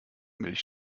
milch